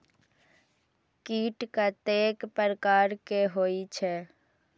कीट कतेक प्रकार के होई छै?